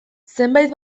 zenbait